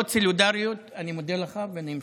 לאות סולידריות, אני מודה לך ואני מסיים.